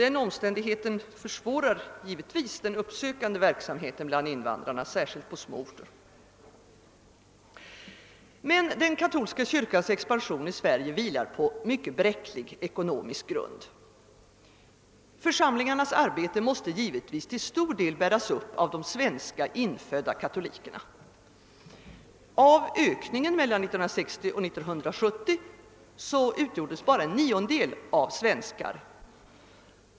Den omständigheten försvårar givetvis den uppsökande verksamheten bland invandrarna, särskilt på små orter. Men den katolska kyrkans expansion i Sverige vilar på en mycket bräcklig ekonomisk grund. Församlingarnas arbete måste givetvis till stor del bäras upp av de svenska infödda katolikerna. Av ökningen mellan 1960 och 1970 utgjordes endast en niondel av svenskar.